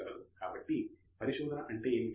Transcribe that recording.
కాబట్టి పరిశోధన అంటే ఏమిటి